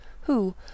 who